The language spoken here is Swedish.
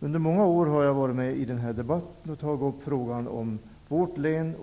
Under många år har jag varit med i den här debatten och tagit upp frågan om vårt län.